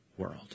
world